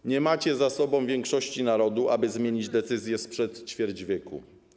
Wy nie macie za sobą większości narodu, aby zmienić decyzję sprzed ćwierć wieku.